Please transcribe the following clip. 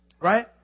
Right